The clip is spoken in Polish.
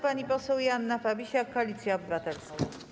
Pani poseł Joanna Fabisiak, Koalicja Obywatelska.